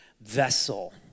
vessel